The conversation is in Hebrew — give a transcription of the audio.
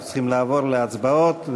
אנחנו צריכים לעבור להצבעות.